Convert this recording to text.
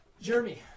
Jeremy